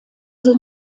sind